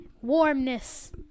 Warmness